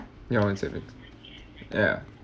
ya on the sev~